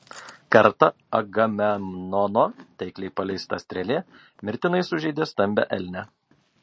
kartą agamemnono taikliai paleista strėlė mirtinai sužeidė stambią elnę